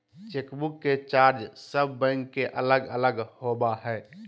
chequebook के charge सब bank के अलग अलग होबा हइ